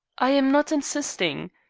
i am not insisting.